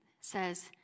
says